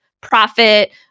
profit